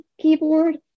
keyboard